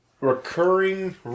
recurring